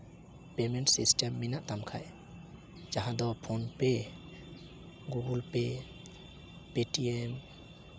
payment system ᱢᱮᱱᱟᱜ ᱛᱟᱢ ᱠᱷᱟᱱ ᱡᱟᱦᱟᱸ ᱫᱚ ᱯᱷᱳᱱ ᱯᱮᱹ ᱜᱩᱜᱩᱞ ᱯᱮᱹ ᱯᱮᱴᱤᱮᱢ